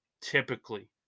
typically